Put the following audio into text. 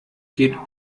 geht